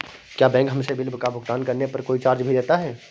क्या बैंक हमसे बिल का भुगतान करने पर कोई चार्ज भी लेता है?